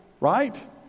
right